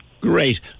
Great